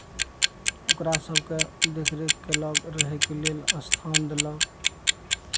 ओकरा सभके देखरेख कयलक रहयके लेल स्थान देलक